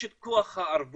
יש את כוח הערבות,